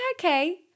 okay